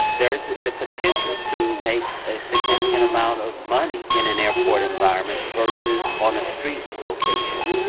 there's the potential to make a significant amount of money in an airport environment versus on a street location.